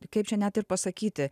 kaip čia net ir pasakyti